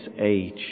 age